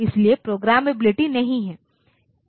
इसलिए प्रोग्रामबिलिटी नहीं है